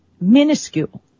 minuscule